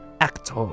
actor